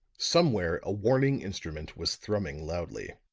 somewhere a warning instrument was thrumming loudly.